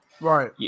Right